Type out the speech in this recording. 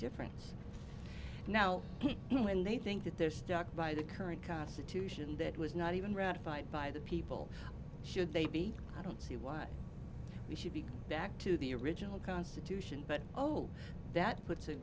difference now when they think that they're stuck by the current constitution that was not even ratified by the people should they be i don't see why we should be back to the original constitution but oh that puts a